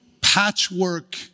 patchwork